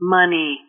Money